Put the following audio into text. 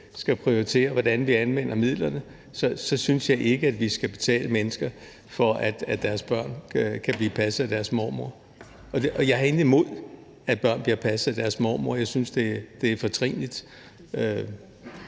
skal prioritere, hvordan vi anvender midlerne, synes jeg ikke at vi skal betale mennesker for, at deres børn kan blive passet af deres mormor. Og jeg har intet imod, at børn bliver passet af deres mormor – jeg synes, det er fortrinligt.